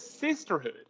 sisterhood